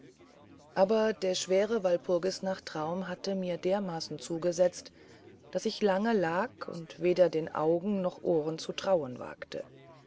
aber der schwere walpurgistraum hatte mir dermaßen zugesetzt daß ich lange lag und weder den augen noch ohren zu trauen wagte